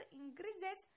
increases